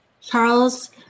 Charles